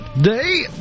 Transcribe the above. day